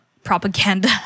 propaganda